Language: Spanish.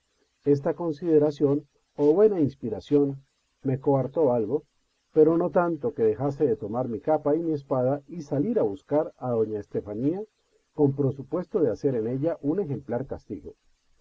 esta consideración o buena inspiración me conortó algo pero no tanto que dejase de tomar mi capa y espada y salir a buscar a doña estefanía con prosupuesto de hacer en ella un ejemplar castigo